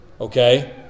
Okay